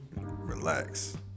Relax